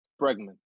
Bregman